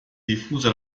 diffuse